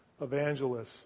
evangelists